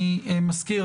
אני מזכיר,